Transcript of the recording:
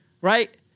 right